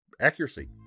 accuracy